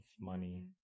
money